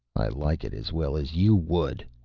i like it as well as you would,